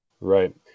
Right